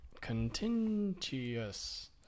contentious